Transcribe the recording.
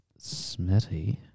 Smitty